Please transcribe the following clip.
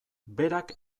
berak